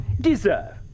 deserve